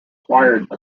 acquired